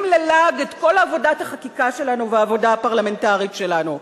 ללעג את כל עבודת החקיקה שלנו והעבודה הפרלמנטרית שלנו.